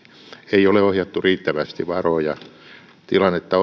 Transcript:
ei ole ohjattu riittävästi varoja tilannetta